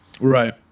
Right